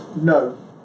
No